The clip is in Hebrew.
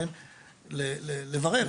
לברר,